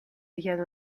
richiede